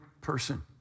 person